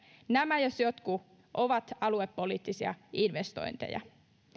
nämä jos jotkut ovat aluepoliittisia investointeja